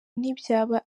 ntibyaba